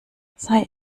sei